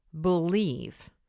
believe